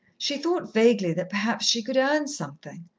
she thought vaguely that perhaps she could earn something.